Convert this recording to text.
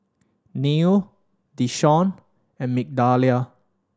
Neal Deshawn and Migdalia